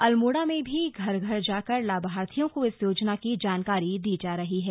अल्मोड़ा में भी घर घर जाकर लाभार्थियों को इस योजना की जानकारी दी जा रही है